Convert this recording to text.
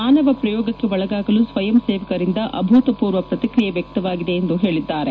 ಮಾನವ ಪ್ರಯೋಗಕ್ಕೆ ಒಳಗಾಗಲು ಸ್ವಯಂ ಸೇವಕರಿಂದ ಅಭೂತಪೂರ್ವ ಪ್ರತಿಕ್ರಿಯೆ ವ್ಚಕ್ತವಾಗಿದೆ ಎಂದು ಹೇಳಿದ್ದಾರೆ